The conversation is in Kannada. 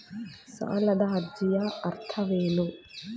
ಸಾಲದ ಅರ್ಜಿಯ ಅರ್ಥವೇನು?